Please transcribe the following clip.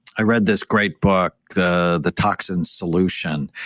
i read this great book, the the toxin solution.